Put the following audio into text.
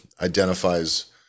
identifies